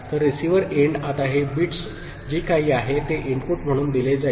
तर receiver end आता हे बिट्स जे काही आहे ते इनपुट म्हणून दिले जाईल